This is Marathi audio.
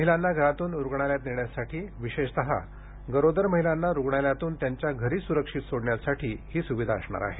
महिलांना घरातून रुग्णालयात नेण्यासाठी विशेषतः गरोदर महिलांना रुग्णालयातून त्यांच्या घरी सुरक्षित सोडण्यासाठी ही सुविधा असणार आहे